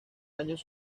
años